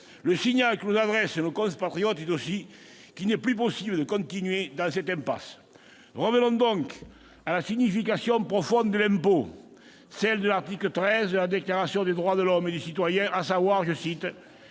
Le signal que nous adressent nos compatriotes est aussi qu'il n'est plus possible de continuer dans cette impasse. Revenons donc à la signification profonde de l'impôt, celle de l'article XIII de la Déclaration des droits de l'homme et du citoyen : une «